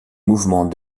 mouvements